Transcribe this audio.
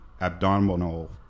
abdominal